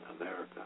America